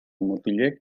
mutilek